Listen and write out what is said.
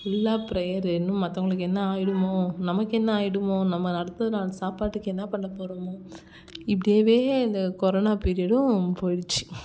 ஃபுல்லாக ப்ரேயரு இன்னும் மற்றவுங்களுக்கு என்ன ஆகிடுமோ நமக்கு என்ன ஆகிடுமோ நம்ம அடுத்தது நாள் சாப்பாட்டுக்கு என்ன பண்ணப் போகிறோமோ இப்படியவே இந்த கொரோனா பீரியடும் போயிடுச்சு